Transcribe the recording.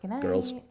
Girls